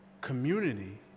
community